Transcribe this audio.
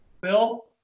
bill